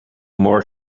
more